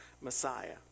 Messiah